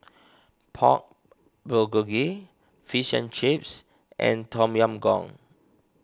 Pork Bulgogi Fish and Chips and Tom Yam Goong